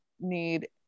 need